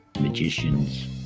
magicians